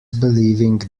believing